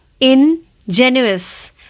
ingenuous